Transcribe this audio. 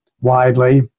widely